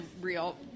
real